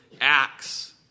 acts